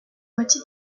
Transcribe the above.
moitié